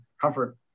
comfort